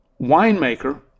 winemaker